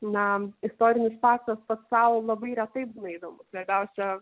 na istorinis faktas pats sau labai retai būna įdomus svarbiausia